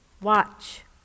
watch